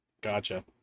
Gotcha